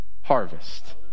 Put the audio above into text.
harvest